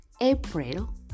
April